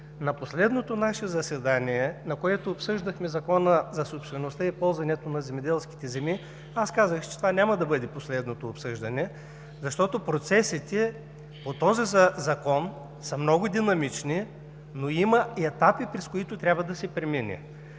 На последното наше заседание, на което обсъждахме Закона за собствеността и ползването на земеделските земи, казах, че това няма да бъде последното обсъждане, защото процесите по този Закон са много динамични, но има етапи, през които трябва да се премине.